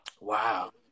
wow